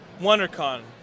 WonderCon